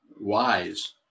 wise